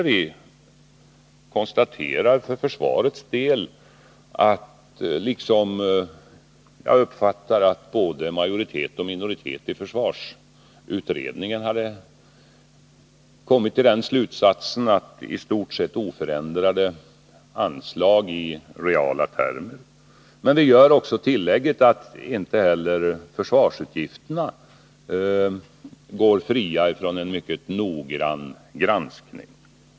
Vi konstaterade där för försvarets del — och jag uppfattar att både majoritet och minoritet i försvarsutredningen hade kommit till samma slutsats — att det är i stort sett oförändrade anslag i reala termer. Men vi gör tillägget att inte heller försvarsutgifterna går fria från en mycket noggrann granskning.